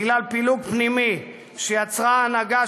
בגלל פילוג פנימי שיצרה ההנהגה,